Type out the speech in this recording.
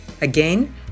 Again